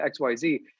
XYZ